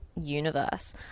universe